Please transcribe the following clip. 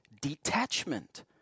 detachment